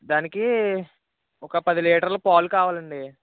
దానికి ఒక పది లీటర్లు పాలు కావాలండి